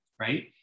right